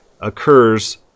occurs